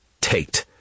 Tate